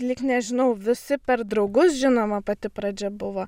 lyg nežinau visi per draugus žinoma pati pradžia buvo